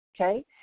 Okay